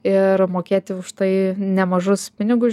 ir mokėti už tai nemažus pinigus